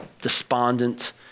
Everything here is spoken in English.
despondent